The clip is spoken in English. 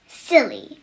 Silly